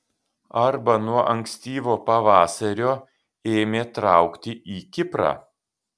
arba nuo ankstyvo pavasario ėmė traukti į kiprą